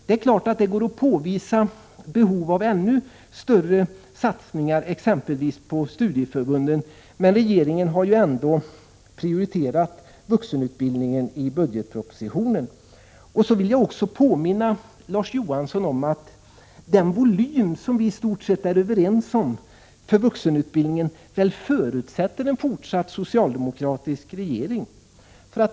Det är klart att det går att påvisa behov av ännu större satsningar exempelvis på studieförbunden, men regeringen har ändå prioriterat vuxenutbildningen i budgetpropositionen. Jag vill också påminna Larz Johansson om att den volym för vuxenutbildningen som vi i stort sett är överens om förutsätter en fortsatt socialdemokratisk regering.